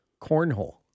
cornhole